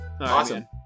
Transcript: Awesome